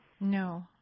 No